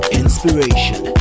inspiration